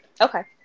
Okay